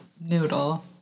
noodle